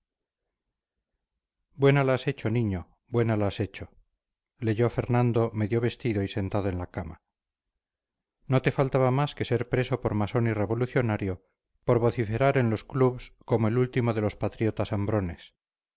buena la has hecho niño buena la has hecho leyó fernando medio vestido y sentado en la cama no te faltaba más que ser preso por masón y revolucionario por vociferar en los clubs como el último de los patriotas hambrones